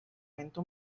mente